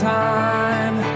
time